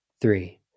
three